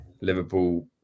Liverpool